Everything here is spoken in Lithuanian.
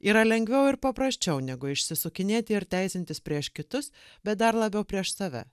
yra lengviau ir paprasčiau negu išsisukinėti ir teisintis prieš kitus bet dar labiau prieš save